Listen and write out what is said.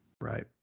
Right